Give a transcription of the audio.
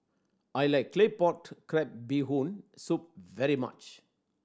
I like Claypot Crab Bee Hoon Soup very much